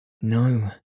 No